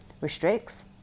restricts